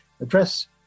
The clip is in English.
address